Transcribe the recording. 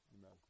amen